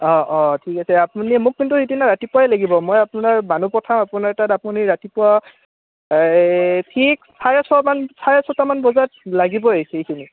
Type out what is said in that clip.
অঁ অঁ ঠিক আছে আপুনি মোক কিন্তু সিদিনা ৰাতিপুৱাই লাগিব মই আপোনাৰ মানুহ পঠাম আপোনাৰ তাত আপুনি ৰাতিপুৱা এই ঠিক চাৰে ছয়মান চাৰে ছটামান বজাত লাগিবই সেইখিনি